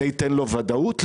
זה ייתן לו ודאות?